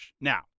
Now